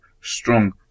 strong